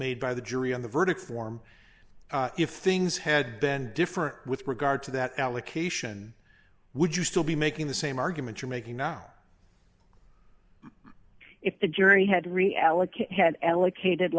made by the jury on the verdict form if things had been different with regard to that allocation would you still be making the same argument you're making now if the jury had reallocate